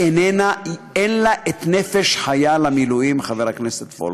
אין לה נפש חיה למילואים, חבר הכנסת פולקמן.